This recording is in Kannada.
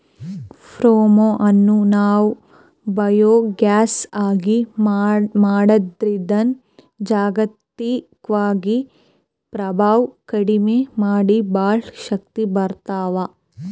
ಪೋಮ್ ಅನ್ನ್ ನಾವ್ ಬಯೋಗ್ಯಾಸ್ ಆಗಿ ಮಾಡದ್ರಿನ್ದ್ ಜಾಗತಿಕ್ವಾಗಿ ಪ್ರಭಾವ್ ಕಡಿಮಿ ಮಾಡಿ ಭಾಳ್ ಶಕ್ತಿ ಬರ್ತ್ತದ